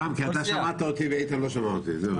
רם, כי אתה שמעת אותי ואיתן לא שמע אותי.